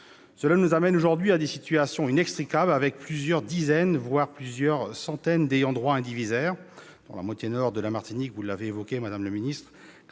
Cela nous amène aujourd'hui à des situations inextricables, avec plusieurs dizaines, voire plusieurs centaines, d'ayants droit indivisaires. Dans la moitié nord de la Martinique, vous l'avez dit, madame la ministre,